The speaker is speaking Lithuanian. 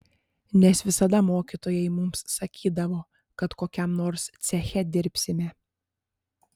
nes visada mokytojai mums sakydavo kad kokiam nors ceche dirbsime